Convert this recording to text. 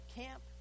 camp